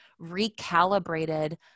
recalibrated